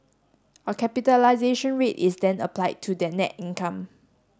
a capitalisation rate is then applied to that net income